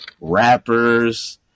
rappers